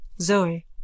Zoe